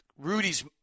Rudy's